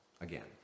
Again